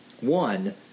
One